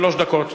שלוש דקות.